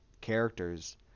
characters